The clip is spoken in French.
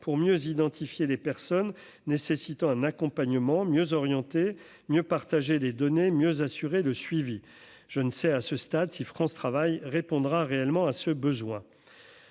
pour mieux identifier les personnes nécessitant un accompagnement mieux orienter mieux partager des données mieux assurer de suivi, je ne sais à ce stade-ci France répondra réellement à ce besoin,